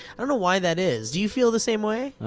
i don't know why that is, do you feel the same way?